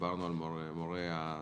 דיברנו על מורי התל"ן,